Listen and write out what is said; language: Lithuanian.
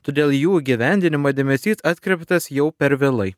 todėl jų įgyvendinimą dėmesys atkreiptas jau per vėlai